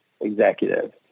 executive